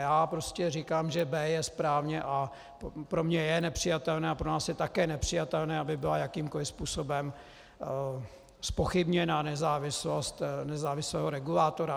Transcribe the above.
Já prostě říkám, že b) je správně, a pro mě je nepřijatelné a pro nás je také nepřijatelné, aby byla jakýmkoli způsobem zpochybněna nezávislost nezávislého regulátora.